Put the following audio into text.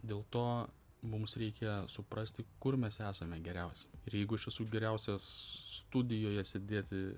dėl to mums reikia suprasti kur mes esame geriausi ir jeigu aš esu geriausias studijoje sėdėti